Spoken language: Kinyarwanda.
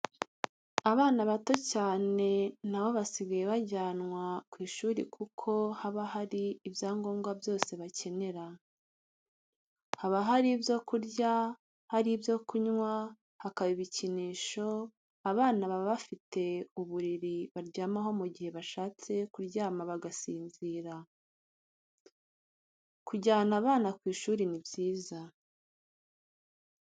Abana bato cyane na bo basigaye bajyanwa ku ishuri kuko haba hariyo ibyangombwa byose bakenera. Haba hari ibyo kurya, hari ibyo kunywa, hakaba ibikinisho, abana baba bafite uburiri baryamaho mu gihe bashatse kuryama bagasinzira. Kujyana abana ku ishuri ni byiza.